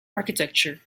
architecture